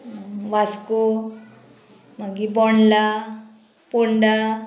वास्को मागीर बोंडला पोंडा